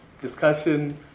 discussion